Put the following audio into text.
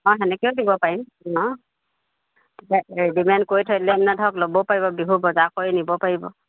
অঁ তেনেকৈও দিব পাৰিম অঁ ৰেডিমেড কৰি থৈ দিলে মানে ধৰক ল'ব পাৰিব বিহুৰ বজাৰ কৰি নিব পাৰিব